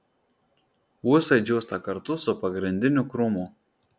ūsai džiūsta kartu su pagrindiniu krūmu